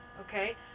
okay